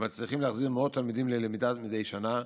ומצליחים להחזיר מאות תלמידים ללמידה מדי שנה,